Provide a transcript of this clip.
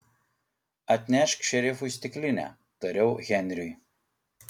atnešk šerifui stiklinę tariau henriui